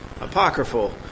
apocryphal